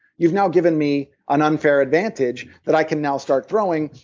you've now given me an unfair advantage that i can now start throwing,